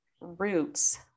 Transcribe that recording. roots